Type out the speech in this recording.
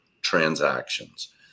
transactions